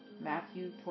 Matthew